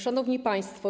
Szanowni Państwo!